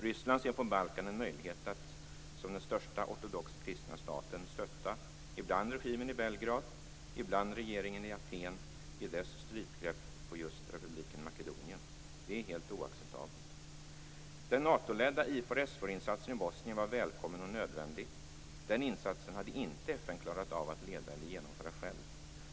Ryssland ser på Balkan en möjlighet att som den största ortodoxt kristna staten stötta ibland regimen i Belgrad, ibland regeringen i Aten i deras strypgrepp på just republiken Makedonien. Detta är helt oacceptabelt. Den Natoledda IFOR/SFOR-insatsen i Bosnien var välkommen och nödvändig. Den insatsen hade inte FN klarat av att leda eller genomföra själv.